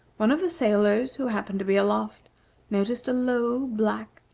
one of the sailors who happened to be aloft noticed a low, black,